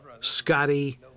Scotty